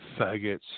faggots